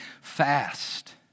fast